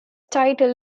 title